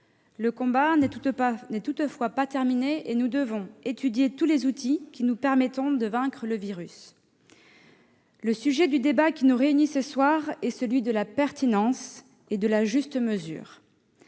le combat n'est pas terminé, et nous devons étudier tous les outils permettant de vaincre le virus. Le débat qui nous réunit ce soir est celui de la pertinence et de la juste mesure.